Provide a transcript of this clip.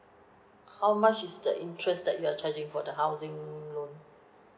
how much is the interest that you are charging for the housing loan